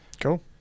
cool